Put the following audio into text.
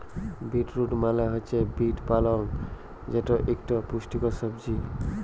bit root মালে হছে beet পালং যেট ইকট পুষ্টিকর সবজি